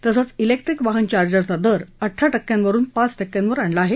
तसंच क्रिक्टीक वाहन चार्जरवर कर आठरा टक्क्यांवरुन पाच टक्क्यांवर आणला आहे